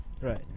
Right